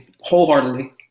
wholeheartedly